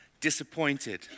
disappointed